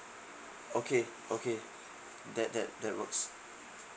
okay okay that that that works